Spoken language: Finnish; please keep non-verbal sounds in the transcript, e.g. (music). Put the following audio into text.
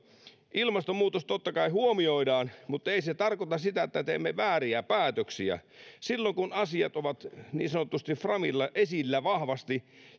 ilmastonmuutos totta kai huomioidaan mutta se ei tarkoita sitä että teemme vääriä päätöksiä silloin kun asiat ovat niin sanotusti framilla esillä vahvasti (unintelligible)